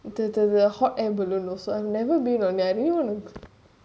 the the the hot air balloon also I've never been on any one